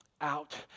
out